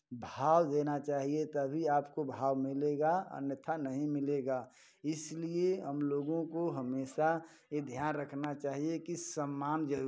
भाव देना चाहिए तभी आपको भाव मिलेगा अन्यथा नहीं मिलेगा इसलिए हमलोगों को हमेशा ये ध्यान रखना चाहिए कि सम्मान जो है